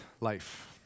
life